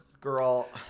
Girl